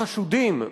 החשודים,